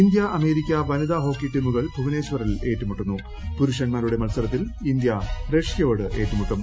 India America വനിതാ hockey ടീമുകൾ ഭുവനേശ്വറിൽ ഏറ്റുമുട്ടുന്നു പുരുഷന്മാരുടെ മത്സരത്തിൽ ഇന്ത്യ റഷ്യയോട് ഏറ്റുമുട്ടും